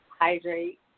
hydrate